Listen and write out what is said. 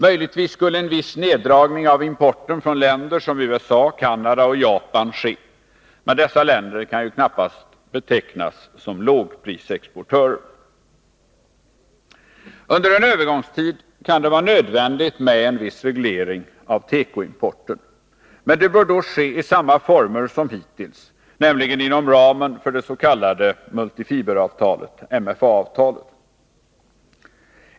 Möjligtvis skulle en viss neddragning av importen från länder som USA, Canada och Japan ske, men dessa länder kan knappast betecknas som lågprisexportörer. Under en övergångstid kan det vara nödvändigt med en viss reglering av tekoimporten, men den bör ske i samma former som hittills, nämligen inom ramen för det s.k. multifiberavtalet, MFA.